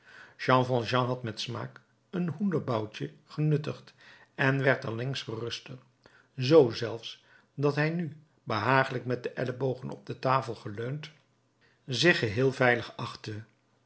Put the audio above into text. jean valjean had met smaak een hoenderboutje genuttigd en werd allengs geruster zoo zelfs dat hij nu behagelijk met de ellebogen op de tafel geleund zich geheel veilig achtte